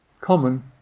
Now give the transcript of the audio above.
common